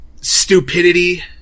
stupidity